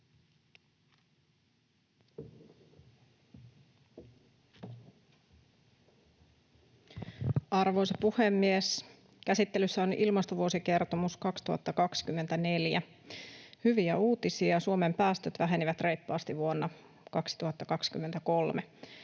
Arvoisa puhemies! Käsittelyssä on Ilmastovuosikertomus 2024. Hyviä uutisia: Suomen päästöt vähenivät reippaasti vuonna 2023.